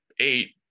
eight